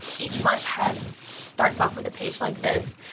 each month has starts off with a page like this.